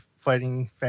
fighting